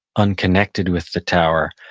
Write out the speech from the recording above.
unconnected with the tower.